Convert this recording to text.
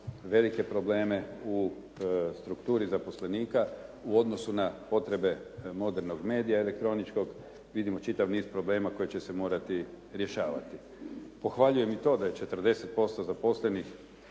velike probleme u strukturi zaposlenika u odnosu na potrebe modernog medija elektroničkog, vidimo čitav niz problema koji će se morati rješavati. Pohvaljujem i to da je 40% zaposlenih